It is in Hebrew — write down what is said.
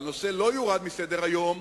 והנושא לא יורד מסדר-היום,